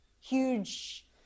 huge